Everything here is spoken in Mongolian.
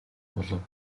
болов